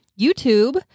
YouTube